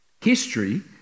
history